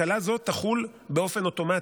הקלה זאת תחול באופן אוטומטי,